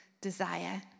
desire